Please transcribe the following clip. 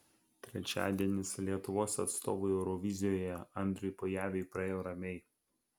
trečiadienis lietuvos atstovui eurovizijoje andriui pojaviui praėjo ramiai